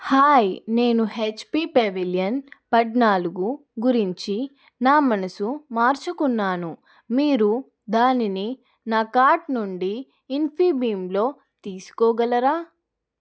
hi నేను H P pavilion పద్నాలుగు గురించి నా మనసు మార్చుకున్నాను మీరు దానిని నా కార్ట్ నుండి ఇన్ఫీభీమ్లో తీసుకోగలరా